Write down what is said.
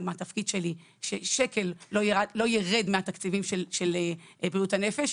מהתפקיד שלי ששקל לא ירד מהתקציבים של בריאות הנפש,